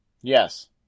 Yes